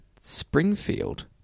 Springfield